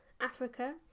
Africa